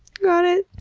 got it.